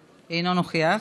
מוותר,